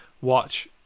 watch